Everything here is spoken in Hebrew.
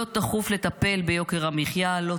לא דחוף לטפל ביוקר המחיה, לא